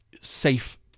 safe